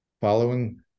following